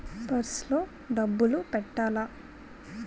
Purse లో డబ్బులు పెట్టలా?